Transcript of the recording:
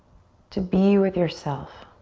to be with yourself.